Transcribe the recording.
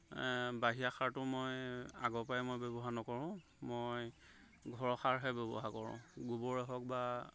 বাহিৰা সাৰটো মই আগৰ পৰাই মই ব্যৱহাৰ নকৰোঁ মই ঘৰৰ সাৰহে ব্যৱহাৰ কৰোঁ গোবৰেই হওক বা